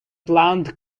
planned